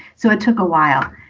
so it took a while.